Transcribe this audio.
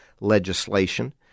legislation